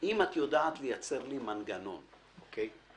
אם את יודעת לייצר לי מנגנון, אוקיי?